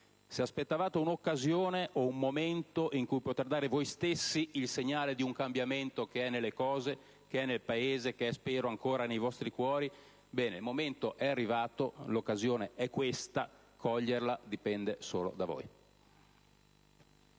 Se aspettavate un'occasione, un momento in cui poter dare voi stessi il segnale di un cambiamento che è nelle cose, che è nel Paese e che spero sia ancora nei vostri cuori, ebbene il momento è arrivato, l'occasione è questa: coglierla dipende solo da voi.